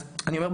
אז אני אומר,